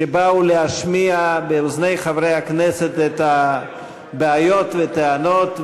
שבאו להשמיע באוזני חברי הכנסת את הבעיות והטענות.